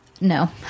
No